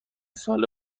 ساله